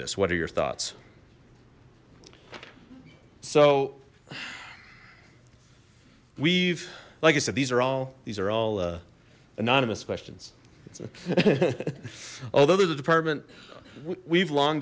this what are your thoughts so we've like i said these are all these are all anonymous questions although they're the department we've long